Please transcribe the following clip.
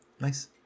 nice